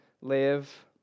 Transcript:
live